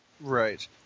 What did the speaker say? Right